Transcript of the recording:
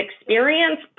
experience